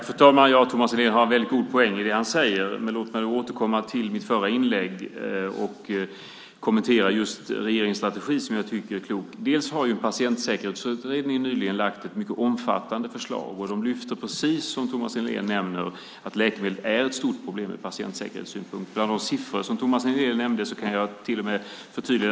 Fru talman! Thomas Nihlén har en väldigt god poäng i det han säger, men låt mig återkomma till mitt förra inlägg och kommentera regeringens strategi, som jag tycker är klok. Patientsäkerhetsutredningen har nyligen lagt fram ett mycket omfattande förslag, och man lyfter fram, precis som Thomas Nihlén nämner, att läkemedel är ett stort problem från patientsäkerhetssynpunkt. När det gäller de siffror som Thomas Nihlén nämnde kan jag till och med förtydliga.